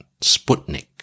Sputnik